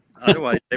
Otherwise